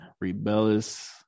rebellious